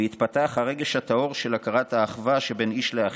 ויתפתח הרגש הטהור של הכרת האחווה שבין איש לאחיו,